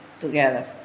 together